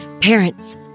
Parents